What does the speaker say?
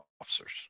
officers